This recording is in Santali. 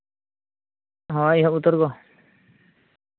ᱦᱳᱭ ᱩᱛᱟᱹᱨ ᱜᱚ